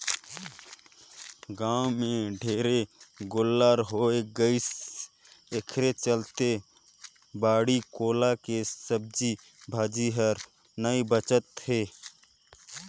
गाँव में ढेरे गोल्लर होय गइसे एखरे चलते बाड़ी कोला के सब्जी भाजी हर नइ बाचत हे